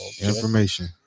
information